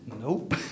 Nope